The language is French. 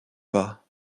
pas